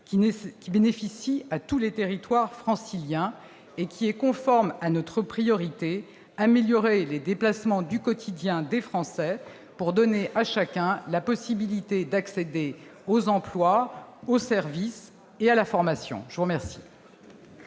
qui bénéficie à tous les territoires franciliens et qui est conforme à notre priorité : améliorer les déplacements du quotidien des Français pour donner à chacun la possibilité d'accéder aux emplois, aux services et à la formation. La parole